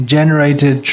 generated